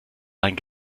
ein